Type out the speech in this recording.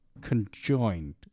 conjoined